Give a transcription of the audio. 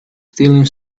stealing